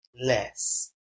less